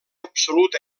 absolut